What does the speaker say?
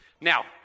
Now